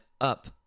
up